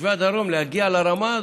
תושבי הדרום, להגיע לרמה הזו.